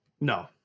No